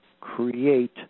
create